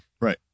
Right